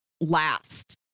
last